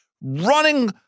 running